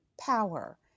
power